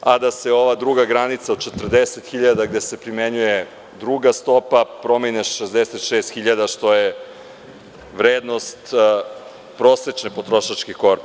a da se ova druga granica od40 hiljada, gde se primenjuje druga stopa, promeni na 66 hiljada, što je vrednost prosečne potrošačke korpe.